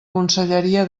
conselleria